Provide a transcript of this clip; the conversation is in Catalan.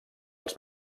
els